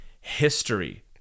history